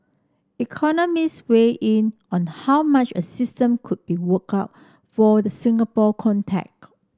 economists weighed in on how much a system could be worked out for the Singapore context